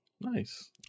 nice